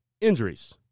injuries